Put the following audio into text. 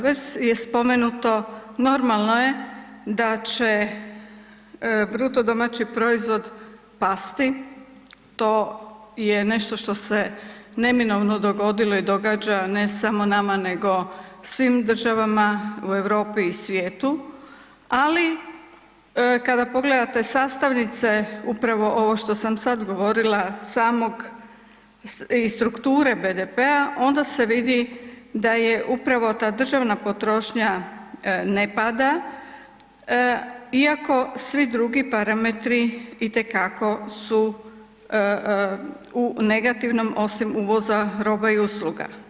Već je spomenuto normalno je da će BDP pasti, to je nešto što se neminovno dogodilo i događa, ne samo nama nego svim državama u Europi i svijetu, ali kada pogledate sastavnice upravo ovo što sam sad govorila samog i strukture BDP-a onda se vidi da je upravo ta državna potrošnja ne pada iako svi drugi parametri itekako su u negativnom osim uvoza roba i usluga.